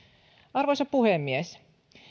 arvoisa puhemies